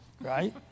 right